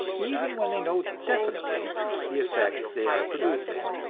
even when they know definitely the effects they are producing,